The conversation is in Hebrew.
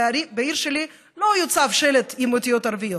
בעיר שלי לא יוצב שלט עם אותיות ערביות,